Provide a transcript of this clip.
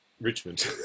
Richmond